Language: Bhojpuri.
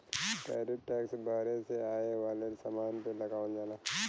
टैरिफ टैक्स बहरे से आये वाले समान पे लगावल जाला